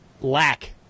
lack